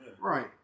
right